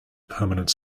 permanent